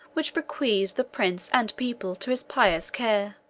which bequeathed the prince and people to his pious care